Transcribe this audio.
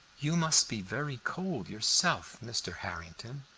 you must be very cold yourself, mr. harrington,